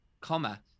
comma